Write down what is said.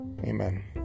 Amen